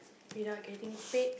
we are getting paid